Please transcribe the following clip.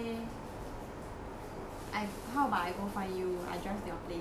I how about I go find you I drive to your place there then I say